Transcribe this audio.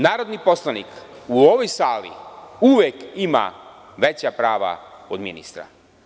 Narodni poslanik u ovoj sali uvek ima veća prava od ministra.